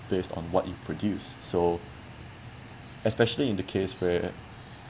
based on what you produce so especially in the case where